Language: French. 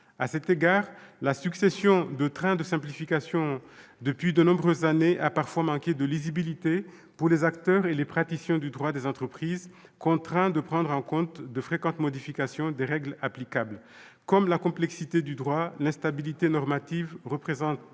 À cet égard, la succession de trains de simplification depuis de nombreuses années a parfois manqué de lisibilité pour les acteurs et les praticiens du droit des entreprises, contraints de prendre en compte de fréquentes modifications des règles applicables. Comme la complexité du droit, l'instabilité normative a un